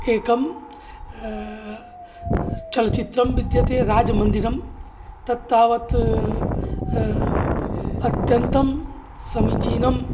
एकं चलच्चित्रं विद्यते राजमन्दिरं तत् तावत् अत्यन्तं समीचीनं